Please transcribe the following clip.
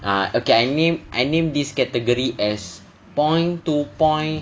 ah okay I name I name this category as point to point